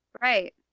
Right